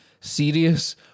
serious